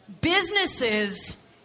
businesses